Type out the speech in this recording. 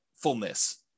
Fullness